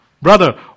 Brother